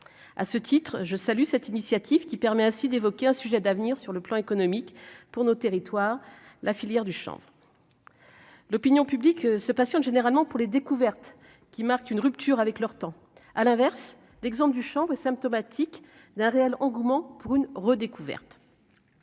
à ce titre, je salue cette initiative qui permet ainsi d'évoquer un sujet d'avenir sur le plan économique pour nos territoires, la filière du Champ, l'opinion publique, ce patient généralement pour les découvertes qui marque une rupture avec leur temps, à l'inverse, l'exemple du chanvre est symptomatique d'un réel engouement pour une redécouverte.